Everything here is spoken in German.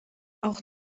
auch